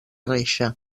reixa